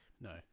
No